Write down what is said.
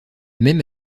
même